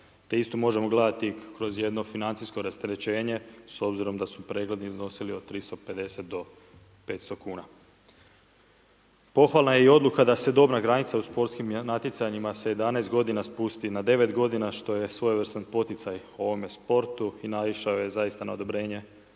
te isto možemo gledati kroz jedno financijsko rasterećenje s obzirom da su pregledi iznosilo od 350 do 500 kuna. Pohvalna je i odluka da se dobna granica u sportskim natjecanjima sa 11 godina spusti na 9 godina što je svojevrstan poticaj ovome sportu i naišao je zaista na odobrenje